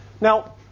Now